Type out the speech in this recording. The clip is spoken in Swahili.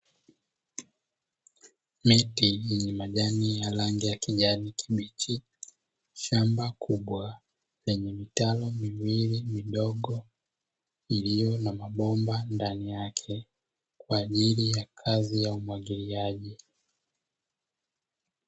Miti yenye majani ya rangi ya kijani kibichi, shamba kubwa lenye mitaro miwili midogo iliyo na mabomba ndani yake kwa ajili ya kazi ya umwagiliaji.